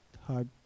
hard